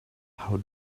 how